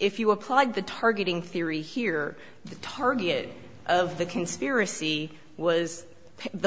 if you applied the targeting theory here the target of the conspiracy was the